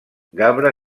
gabre